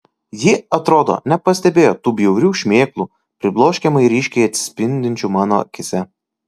ji atrodo nepastebėjo tų bjaurių šmėklų pribloškiamai ryškiai atsispindinčių mano akyse